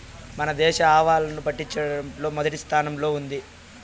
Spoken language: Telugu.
మన దేశం ఆవాలను పండిచటంలో మొదటి స్థానం లో ఉంది